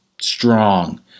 strong